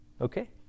Okay